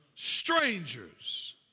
Strangers